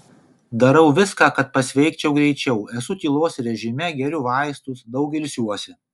darau viską kad pasveikčiau greičiau esu tylos režime geriu vaistus daug ilsiuosi